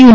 you